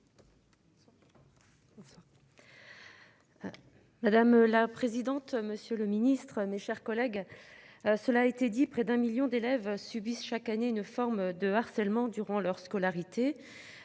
Madame la présidente. Monsieur le Ministre, mes chers collègues. Cela a été dit, près d'un million d'élèves subissent chaque année une forme de harcèlement durant leur scolarité.